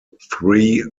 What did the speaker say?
three